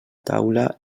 taula